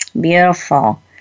Beautiful